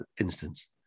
instance